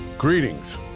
Greetings